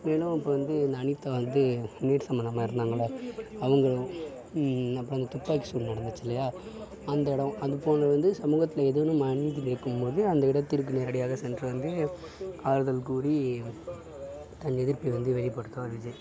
மேலும் இப்போ வந்து இந்த அனிதா வந்து நீட் சம்பந்தமாக இறந்தாங்கல்ல அவங்களும் அப்புறம் இந்த துப்பாக்கி சூடு நடந்துச்சில்லையா அந்த இடம் அது போன்று வந்து சமூகத்தில ஏதேனும் அநீதி நடக்கும் போது அந்த இடத்திற்கு நேரடியாக சென்று வந்து ஆறுதல் கூறி தன் எதிர்ப்பை வந்து வெளிப்படுத்துவார் விஜய்